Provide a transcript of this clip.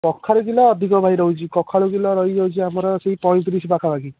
କଖାରୁ କିଲୋ ଅଧିକ ଭାଇ ଦେଉଛି କଖାରୁ କିଲୋ ରହି ଯାଉଛି ଆମର ସେହି ପଇଁତିରିଶ ପାଖାପାଖି